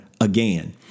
again